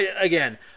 again